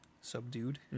subdued